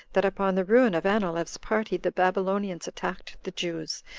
that upon the ruin of anileus's party, the babylonians attacked the jews,